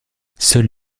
seuls